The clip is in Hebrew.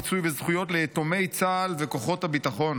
פיצוי וזכויות ליתומי צה"ל וכוחות הביטחון.